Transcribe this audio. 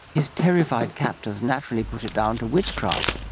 his terrified captors naturally put it down to witchcraft,